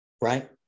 Right